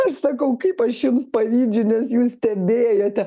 aš sakau kaip aš jums pavydžiu nes jūs stebėjote